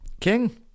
King